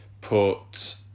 put